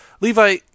levi